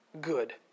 good